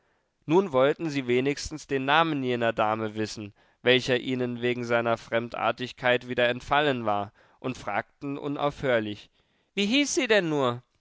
nun wollten sie wenigstens den namen jener dame wissen welcher ihnen wegen seiner fremdartigkeit wieder entfallen war und fragten unaufhörlich wie hieß sie denn nur